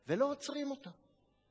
ולא עוצרים אותם.